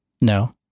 No